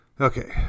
Okay